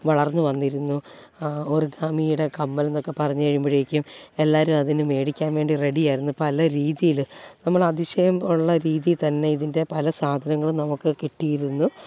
വളർന്നു വന്നിരുന്നു ഓർഗാമിയുടെ കമ്മൽ എന്നൊക്കെ പറഞ്ഞു കഴിയുമ്പോഴേക്കും എല്ലാവരും അതിന് മേടിക്കാൻ വേണ്ടി റെഡിയായിരുന്നു പല രീതിയിൽ നമ്മളതിശയം ഉള്ള രീതിയിൽ തന്നെ ഇതിൻ്റെ പല സാധങ്ങളും നമുക്ക് കിട്ടിയിരുന്നു